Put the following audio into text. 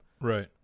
Right